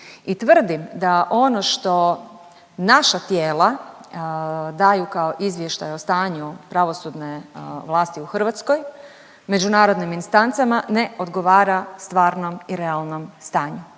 I tvrdim da ono što naša tijela daju kao izvještaj o stanju pravosudne vlasti u Hrvatskoj, međunarodnim instancama ne odgovara stvarnom i realnom stanju